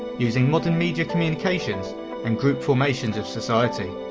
using modern media communications and group formations of society.